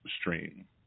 stream